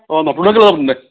অঁ নতুনে